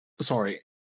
Sorry